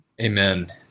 Amen